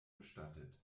bestattet